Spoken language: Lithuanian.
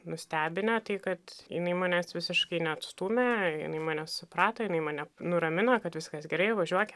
nustebinę tai kad jinai manęs visiškai neatstūmė jinai mane suprato jinai mane nuramino kad viskas gerai važiuokim